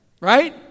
right